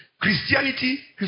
Christianity